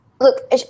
Look